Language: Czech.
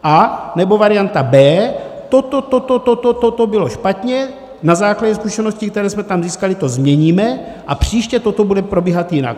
Anebo varianta B, toto, toto, toto, toto bylo špatně, na základě zkušeností, které jsme tam získali, to změníme a příště toto bude probíhat jinak.